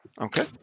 Okay